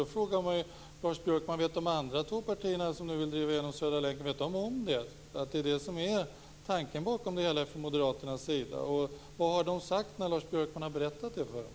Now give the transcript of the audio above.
Då frågar man sig, Lars Björkman: Vet de andra två partierna, som nu vill driva igenom Södra länken, om att det är det som är tanken bakom det hela från moderaternas sida? Vad har de sagt när Lars Björkman har berättat det för dem?